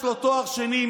יש לו תואר שני,